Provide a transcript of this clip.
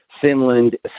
Finland